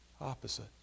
opposite